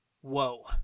Whoa